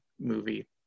movie